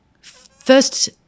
first